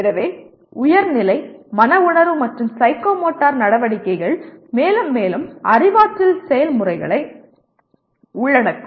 எனவே உயர் நிலை மன உணர்வு மற்றும் சைக்கோமோட்டர் நடவடிக்கைகள் மேலும் மேலும் அறிவாற்றல் செயல்முறைகளை உள்ளடக்கும்